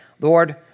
Lord